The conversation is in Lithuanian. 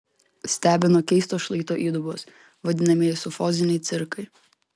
stebino keistos šlaito įdubos vadinamieji sufoziniai cirkai